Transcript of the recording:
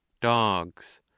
dogs